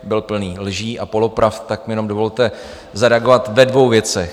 Byl plný lží a polopravd, tak mi jenom dovolte zareagovat ve dvou věcech.